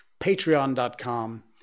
Patreon.com